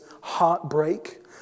heartbreak